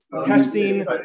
testing